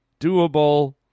Doable